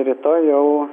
rytoj jau